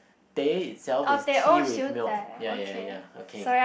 teh itself is tea with milk ya ya ya okay